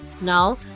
Now